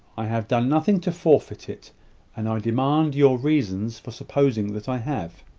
i have done nothing to forfeit it and i demand your reasons for supposing that i have.